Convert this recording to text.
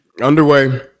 underway